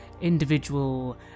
individual